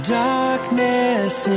darkness